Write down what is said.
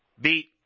beat